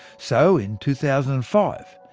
so, in two thousand and five,